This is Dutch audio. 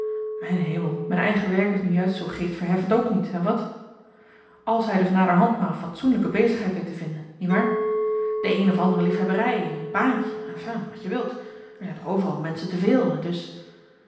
bekentenis hemel mijn eigen werk is nu juist zoo geestverheffend ook niet hè wat als hij dus naderhand maar een fatsoenlijke bezigheid weet te vinden niewaar de een of andere lief hebberij een baantje enfin wat je wilt er zijn toch overal menschen te veel en dus